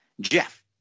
Jeff